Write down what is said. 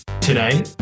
today